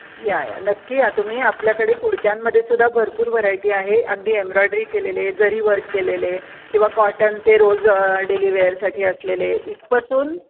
या या नक्की या तुम्ही आपल्याकडे कुडत्यांमध्ये सुद्धा भरपूर व्हरायटी आहे अगदी एम्ब्रॉयड्री केलेले जरी वर्क केलेले किंवा कॉटनचे रोज डेलिवेयरसाठी असलेले इथपासून